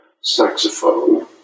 saxophone